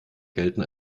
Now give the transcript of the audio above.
gelten